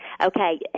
Okay